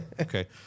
Okay